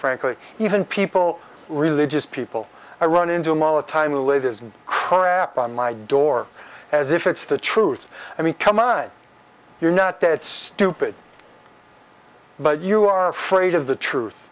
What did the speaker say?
frankly even people religious people i run into mala time latest crap on my door as if it's the truth i mean come on you're not that stupid but you are afraid of the truth